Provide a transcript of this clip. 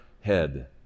head